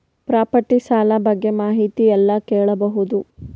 Property ಸಾಲ ಬಗ್ಗೆ ಮಾಹಿತಿ ಎಲ್ಲ ಕೇಳಬಹುದು?